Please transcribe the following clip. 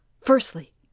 firstly